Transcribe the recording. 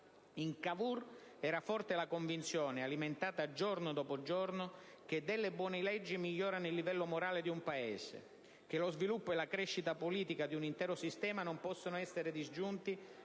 In Cavour era forte la convinzione, alimentata giorno dopo giorno, che le buone leggi migliorano il livello morale di un Paese; che lo sviluppo e la crescita politica di un intero sistema non possono essere disgiunti